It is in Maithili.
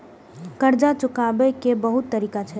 कर्जा चुकाव के बहुत तरीका छै?